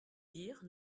dire